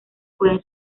pueden